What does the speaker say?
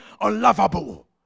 unlovable